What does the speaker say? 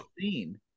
scene